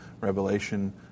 Revelation